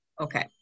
Okay